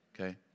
Okay